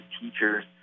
teachers